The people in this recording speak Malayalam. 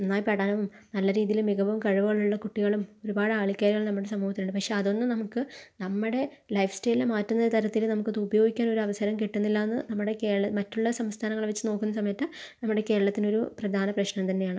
നന്നായി പഠനം നല്ല രീതിയില് കഴിവും മികവും ഉള്ള കുട്ടികളും ഒരുപാട് ആൾക്കാരും നമ്മുടെ സമൂഹത്തിലുണ്ട് പക്ഷെ അതൊന്നും നമുക്ക് നമ്മുടെ ലൈഫ്സ്റ്റൈലിനെ മാറ്റുന്ന തരത്തിൽ നമുക്ക് അത് ഉപയോഗിക്കാനൊരു അവസരം കിട്ടുന്നില്ലാന്ന് നമ്മുടെ കേരള മറ്റുള്ള സംസ്ഥാനങ്ങളെ വെച്ച് നോക്കുന്ന സമയത്ത് നമ്മുടെ കേരളത്തിനൊരു പ്രധാന പ്രശ്നം തന്നെയാണ്